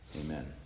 Amen